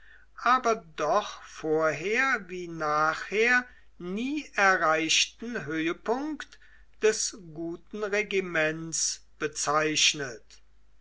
aber doch vorher wie nachher nie erreichten höhepunkt des guten regiments bezeichnet